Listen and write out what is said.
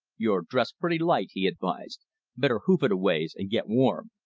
you're dressed pretty light, he advised better hoof it a ways and get warm.